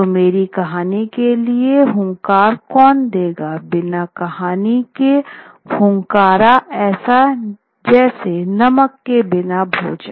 तो मेरी कहानी के लिए हुंकार कौन देगा बिना कहानी के हुनकारा ऐसा जैसे नमक के बिना भोजन